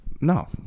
no